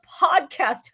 podcast